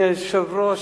אדוני היושב-ראש,